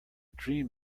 dream